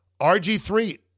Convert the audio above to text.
RG3